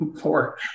four